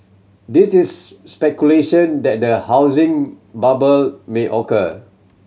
these is speculation that the housing bubble may occur